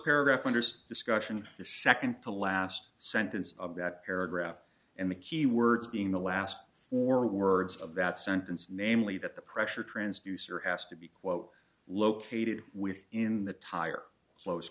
paragraph wonders discussion the second to last sentence of that paragraph and the key words being the last four words of that sentence namely that the pressure transducer has to be quote located within the tire close